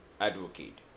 advocate